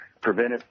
Preventive